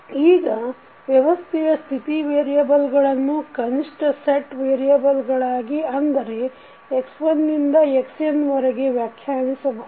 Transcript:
ಈಗ ವ್ಯವಸ್ಥೆಯ ಸ್ಥಿತಿ ವೇರಿಯಬಲ್ಗಳನ್ನು ಕನಿಷ್ಠ ಸೆಟ್ ವೇರಿಯಬಲ್ಗಳಾಗಿ ಅಂದರೆ x1 ನಿಂದ xn ವರೆಗೆ ವ್ಯಾಖ್ಯಾನಿಸಬಹುದು